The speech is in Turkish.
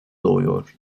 doğuyor